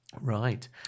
Right